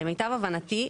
למיטב הבנתי,